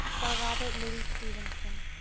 by robert louis stevenson